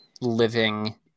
living